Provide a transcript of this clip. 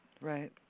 Right